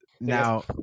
now